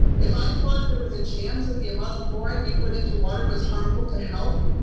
if i thought there was a chance of the amount of fluoride we put into water was harmful to health,